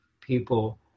people